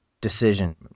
decision